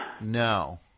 No